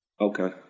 Okay